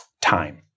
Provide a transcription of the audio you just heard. Time